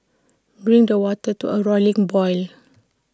bring the water to A rolling boil